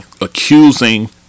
Accusing